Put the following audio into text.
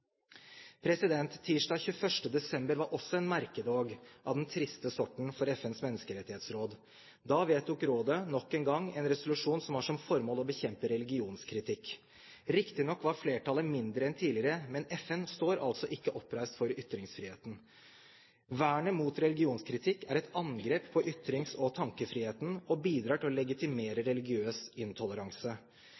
Tirsdag 21. desember var også en merkedag – av den triste sorten – for FNs menneskerettighetsråd. Da vedtok rådet, nok en gang, en resolusjon som har som formål å bekjempe religionskritikk. Riktignok var flertallet mindre enn tidligere, men FN står altså ikke oppreist for ytringsfriheten. Vernet mot religionskritikk er et angrep på ytrings- og tankefriheten og bidrar til å legitimere